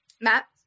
Matt